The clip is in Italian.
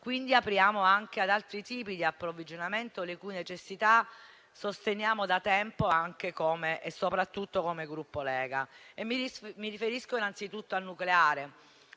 Quindi, apriamo ad altri tipi di approvvigionamento, le cui necessità sosteniamo da tempo, anche come e soprattutto come Gruppo Lega. Mi riferisco innanzitutto al nucleare: